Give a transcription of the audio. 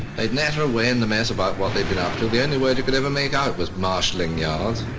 they'd natter away in the mess about what they'd been up to, the only word you could ever make out was marshaling yard.